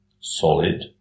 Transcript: solid